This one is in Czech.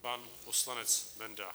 Pan poslanec Benda.